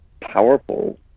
Powerful